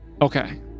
Okay